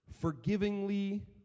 forgivingly